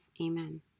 Amen